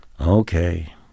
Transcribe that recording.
Okay